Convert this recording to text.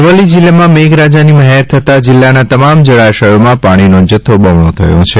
અરવલ્લી જિલ્લામાં મેઘરાજાની મહેર થતાં જિલ્લાના તમામ જળાશયોમાં પાણીનો જથ્થો બમણો થયો છે